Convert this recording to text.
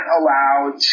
allowed